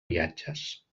viatges